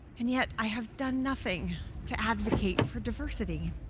and yet i have done nothing to advocate for diversity.